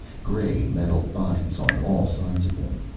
gray-metal bodies on all sides of him.